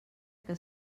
que